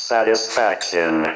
Satisfaction